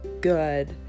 good